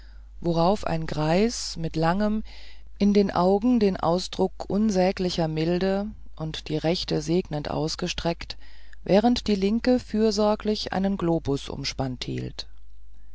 worauf ein greis mit langem in den augen den ausdruck unsäglicher milde und die rechte segnend ausgestreckt während die linke fürsorglich einen globus umspannt hielt